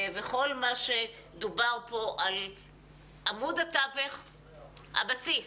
כל מה שדובר כאן על עמוד התווך, הבסיס,